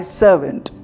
servant